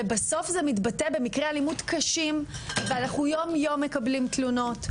בסוף זה מתבטא במקרי אלימות קשים ואנחנו מקבלים תלונות על זה יום יום.